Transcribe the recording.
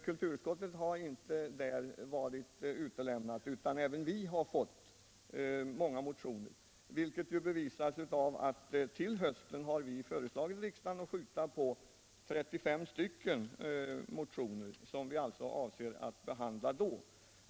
Kulturutskottet har inte varit utelämnat utan även vi har fått många motioner, vilket bevisas av att vi har föreslagit riksdagen att till hösten skjuta upp 35 motioner, som vi avser att behandla då.